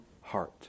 heart